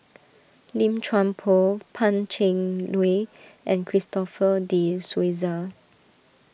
Lim Chuan Poh Pan Cheng Lui and Christopher De Souza